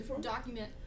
document